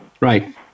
Right